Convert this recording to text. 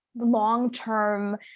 long-term